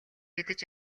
идэж